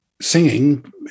singing